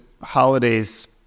holidays